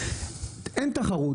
אין תחרות.